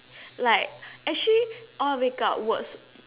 like actually all make up works